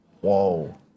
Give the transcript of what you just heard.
Whoa